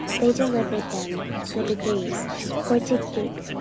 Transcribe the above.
they delivered them the decrees for to keep,